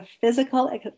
physical